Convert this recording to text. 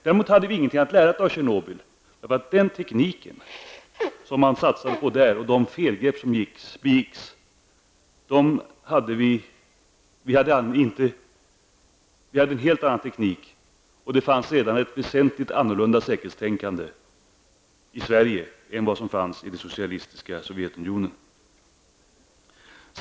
Däremot hade vi ingenting att lära av Tjernobylolyckan och de felgrepp som gjordes där, eftersom vi hade en helt annan teknik än den som man hade där. Det fanns redan ett väsentligt annorlunda säkerhetstänkande i Sverige än vad som fanns i det socialistiska Sovjetunionen.